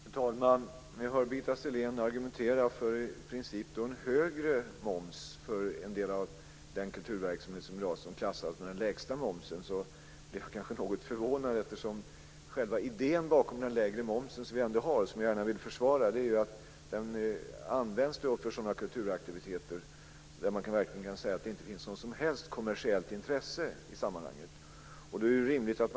Fru talman! När jag hör Birgitta Sellén i princip argumentera för en högre moms för en del av den kulturverksamhet som i dag beläggs med den lägsta momsen blir jag något förvånad. Själva idén bakom den lägre momsen, som jag gärna vill försvara, är att den ska används för kulturaktiviteter där man kan säga att det inte finns något som helst kommersiellt intresse i sammanhanget.